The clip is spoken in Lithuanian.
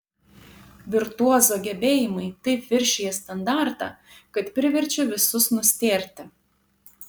virtuozo gebėjimai taip viršija standartą kad priverčia visus nustėrti